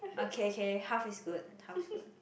okay K half is good half is good